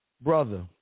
Brother